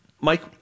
Mike